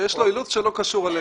שיש לו אילוץ שלא קשור אלינו.